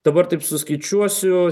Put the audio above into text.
dabar taip suskaičiuosiu